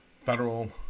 federal